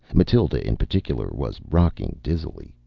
mathild in particular was rocking dizzily,